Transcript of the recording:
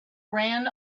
ran